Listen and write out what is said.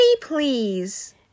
please